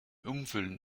umfüllen